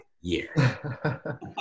year